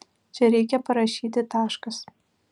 čia reikia parašyti taškas